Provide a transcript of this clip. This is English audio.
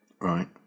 Right